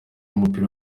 w’umupira